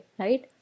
right